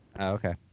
Okay